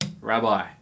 Rabbi